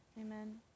amen